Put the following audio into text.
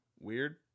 weird